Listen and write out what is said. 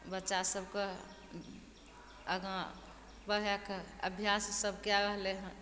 बच्चा सबके आगा बढ़यके अभ्यास सबके रहलइ हँ